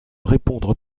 répondre